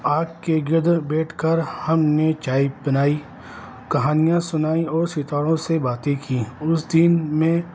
آگ کے گرد بیٹھ کر ہم نے چائے پنائی کہانیاں سنائی اور ستاروں سے باتیں کیں اس دن میں